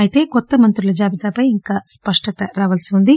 అయితే కొత్త మంత్రుల జాబితాపై ఇంకా స్పష్టత రావాల్సి ఉంది